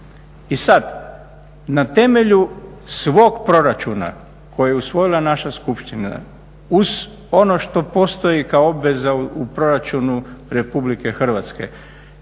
I sad na temelju svog proračuna koji je usvojila naša Skupština uz ono što postoji kao obveza u proračunu Republike Hrvatske